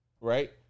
Right